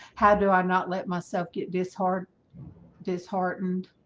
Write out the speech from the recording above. how do i not let myself get this hard disheartened?